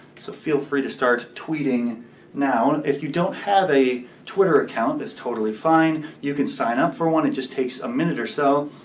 so feel free to start tweeting now. if you don't have a twitter account it's totally fine. you can sign up for one. it just takes a minute or so.